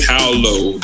Howlow